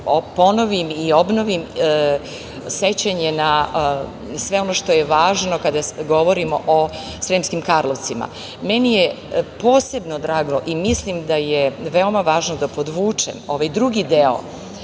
ponovim i obnovim sećanje na sve ono što je važno kada govorimo o Sremskim Karlovcima. Meni je posebno drago i mislim da je veoma važno da podvučem ovaj drugi deo